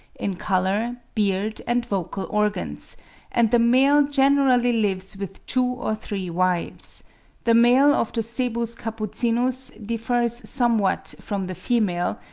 in colour, beard, and vocal organs and the male generally lives with two or three wives the male of the cebus capucinus differs somewhat from the female,